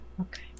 Okay